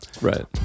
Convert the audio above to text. Right